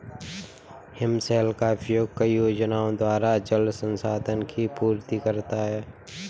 हिमशैल का उपयोग कई योजनाओं द्वारा जल संसाधन की पूर्ति करता है